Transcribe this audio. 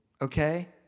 Okay